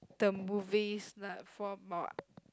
the movies like for about